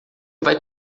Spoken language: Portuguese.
vai